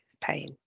pain